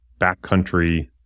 backcountry